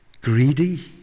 greedy